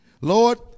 Lord